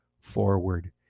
forward